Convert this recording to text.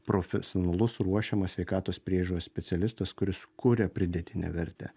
profesionalus ruošiamas sveikatos priežiūros specialistas kuris kuria pridėtinę vertę